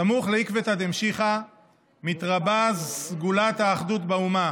"סמוך לעקבא דמשיחא מתרבה סגולת האחדות באומה,